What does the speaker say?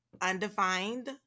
undefined